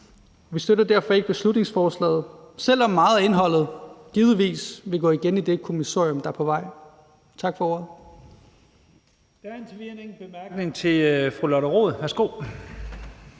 Vi støtter derfor ikke beslutningsforslaget, selv om meget af indholdet givetvis vil gå igen i det kommissorium, der er på vej. Tak for ordet.